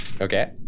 Okay